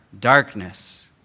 darkness